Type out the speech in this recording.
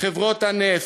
חברות הנפט,